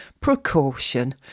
precaution